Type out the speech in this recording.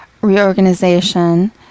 reorganization